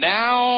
now